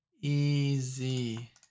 Easy